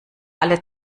alle